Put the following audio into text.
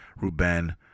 Ruben